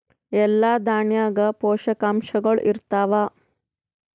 ಎಲ್ಲಾ ದಾಣ್ಯಾಗ ಪೋಷಕಾಂಶಗಳು ಇರತ್ತಾವ?